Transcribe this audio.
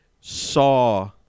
saw